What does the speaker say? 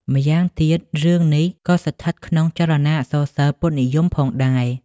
ម្យ៉ាងទៀត រឿងនេះក៏ស្ថិតក្នុងចលនាអក្សរសិល្ប៍ពុទ្ធនិយមផងដែរ។